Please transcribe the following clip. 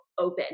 open